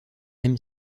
aime